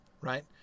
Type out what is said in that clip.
right